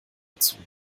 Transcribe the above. gezogen